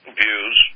views